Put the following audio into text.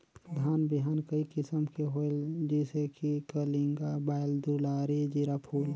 धान बिहान कई किसम के होयल जिसे कि कलिंगा, बाएल दुलारी, जीराफुल?